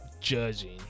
Judging